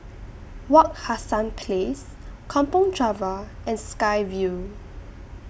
Wak Hassan Place Kampong Java and Sky Vue